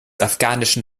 afghanischen